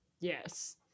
Yes